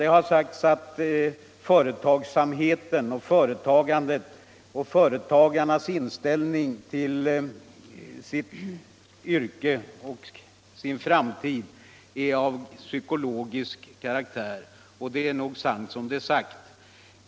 Det har sagts att företagarnas inställning till sitt yrke och sin framtid delvis är av psykologisk karaktär. Och det är nog så sant som det är sagt.